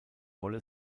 wolle